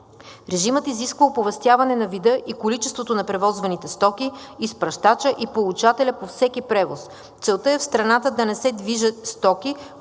Режимът изисква оповестяване на вида и количеството на превозваните стоки, изпращача и получателя на всеки превоз. Целта е в страната да не се движи стока,